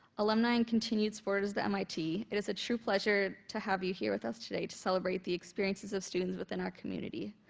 alumni and continued supporters of mit, it is a true pleasure to have you here with us today to celebrate the experiences of students within our community.